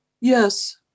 yes